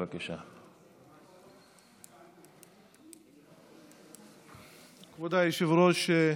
כבוד היושב-ראש,